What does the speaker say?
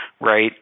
right